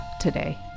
today